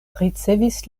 ricevis